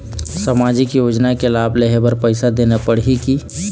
सामाजिक योजना के लाभ लेहे बर पैसा देना पड़ही की?